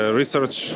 research